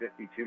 52